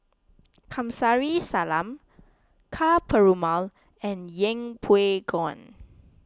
Kamsari Salam Ka Perumal and Yeng Pway Ngon